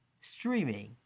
streaming